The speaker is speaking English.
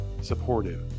supportive